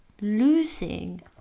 losing